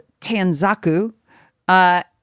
tanzaku